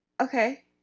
okay